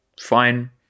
Fine